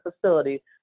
facility